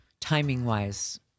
timing-wise